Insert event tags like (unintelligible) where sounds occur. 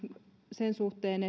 sen suhteen (unintelligible)